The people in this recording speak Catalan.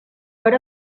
per